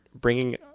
bringing